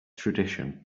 tradition